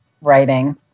writing